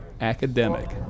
Academic